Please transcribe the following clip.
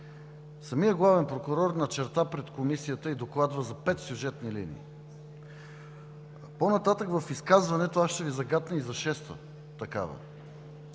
самият главен прокурор начерта пред Комисията и докладва за пет сюжетни линии. По-нататък в изказването си аз ще Ви загатна и за шеста такава,